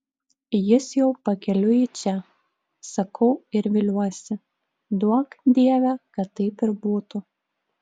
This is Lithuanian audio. jis jau pakeliui į čia sakau ir viliuosi duok dieve kad taip ir būtų